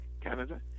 Canada